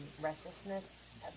restlessness